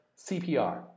CPR